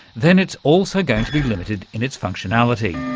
then it's also going to be limited in its functionality.